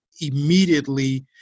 immediately